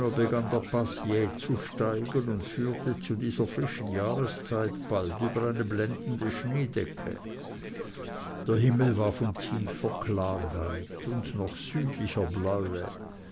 jäh zu steigen und führte zu dieser frühen jahreszeit bald über eine blendende schneedecke der himmel war von tiefer klarheit und noch südlicher bläue